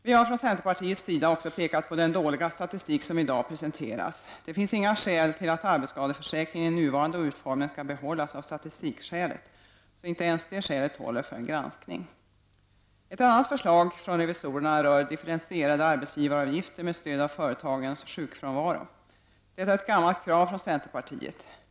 Vi har från centerpartiets sida också pekat på den dåliga statistik som i dag presenteras. Det finns inga skäl till att arbetsskadeförsäkringen i nuvarande utformning skall behållas av statistikskälet. Så inte ens det skälet håller för en granskning. Ett annat förslag från revisorerna rör differentierade arbetsgivaravgifter med stöd av företagens sjukfrånvaro. Detta är ett gammalt krav från centerpartiet.